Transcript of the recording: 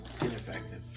ineffective